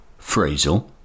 phrasal